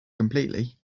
completely